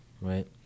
right